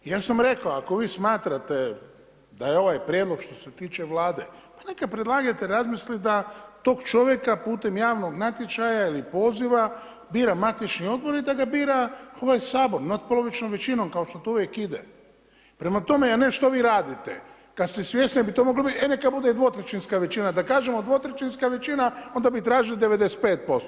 Ja sam rekao ako vi smatrate da je ovaj prijedlog što se tiče Vlade, pa neka predlagatelj razmisli da tog čovjeka putem javnog natječaja ili poziva, bira matični odbor i da ga bira ovaj Sabor natpolovičnom većinom kao što to uvijek ide, prema tome a ne što vi radite kad ste svjesni kad bi to moglo biti, e neka bude dvotrećinska većina da kažemo dvotrećinska većina onda bi tražili 95%